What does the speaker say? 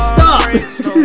Stop